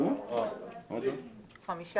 אני חושב שהדחיפות ברורה לכולם.